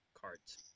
cards